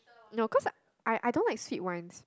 no cause I I don't like sweet wines